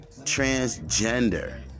transgender